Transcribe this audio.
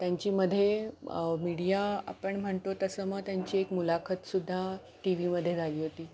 त्यांची मध्ये मीडिया आपण म्हणतो तसं मग त्यांची एक मुलाखतसुद्धा टी व्हीमध्ये झाली होती